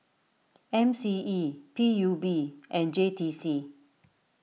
M C E P U B and J T C